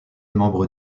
membres